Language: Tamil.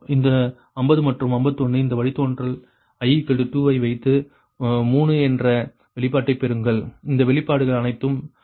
இந்த 50 மற்றும் 51 இந்த வழித்தோன்றல் i 2 ஐ வைத்து 3 என்ற வெளிப்பாட்டைப் பெறுங்கள் இந்த வெளிப்பாடுகள் அனைத்தும் கொடுக்கப்பட்டுள்ளன